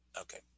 Okay